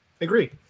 agree